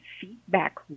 feedback